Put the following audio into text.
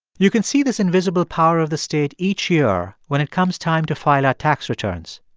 you can see this invisible power of the state each year when it comes time to file our tax returns.